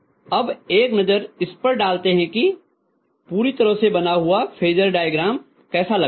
अब एक नज़र इस पर डालते हैं कि पूरी तरह से बना हुआ फेजर डायग्राम कैसा लगता है